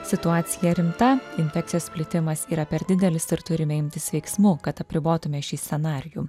situacija rimta infekcijos plitimas yra per didelis ir turime imtis veiksmų kad apribotume šį scenarijų